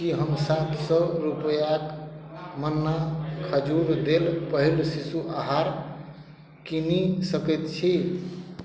की हम सात सए रूपैआक मन्ना खजूर देल पहिल शिशु आहार कीनि सकैत छी